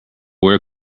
where